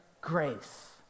grace